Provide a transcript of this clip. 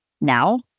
now